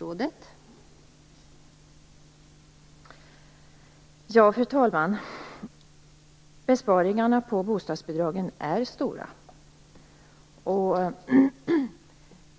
Fru talman! Besparingarna på bostadsbidragen är stora.